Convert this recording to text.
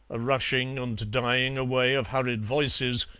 a rushing and dying away of hurried voices,